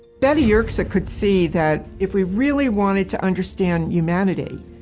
betty yerxa could see that if we really wanted to understand humanity,